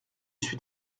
suis